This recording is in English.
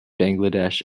bangladesh